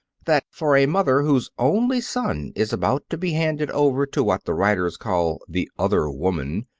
that for a mother whose only son is about to be handed over to what the writers call the other woman,